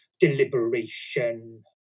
Deliberation